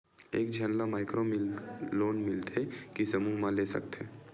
एक झन ला माइक्रो लोन मिलथे कि समूह मा ले सकती?